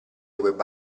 web